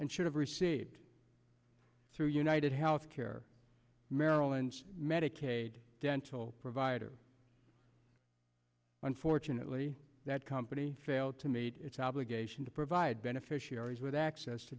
and should have received through united healthcare maryland's medicaid dental provider unfortunately that company failed to meet its obligation to provide beneficiaries with access to